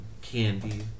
candy